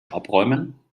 abräumen